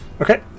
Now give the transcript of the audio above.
Okay